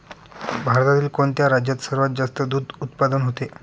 भारतातील कोणत्या राज्यात सर्वात जास्त दूध उत्पादन होते?